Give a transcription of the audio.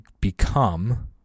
become